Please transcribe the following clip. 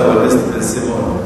בן-סימון.